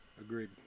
Agreed